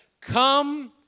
Come